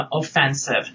offensive